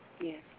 Yes